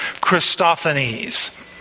Christophanes